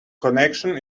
connection